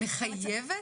מחייבת?